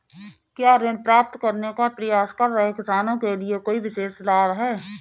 क्या ऋण प्राप्त करने का प्रयास कर रहे किसानों के लिए कोई विशेष लाभ हैं?